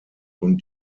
und